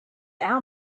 our